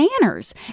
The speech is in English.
manners